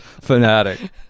fanatic